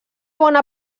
bona